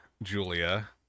julia